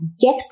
get